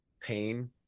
pain